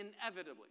inevitably